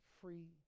free